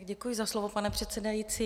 Děkuji za slovo, pane předsedající.